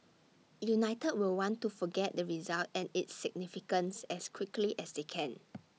united will want to forget the result and its significance as quickly as they can